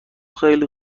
خیلی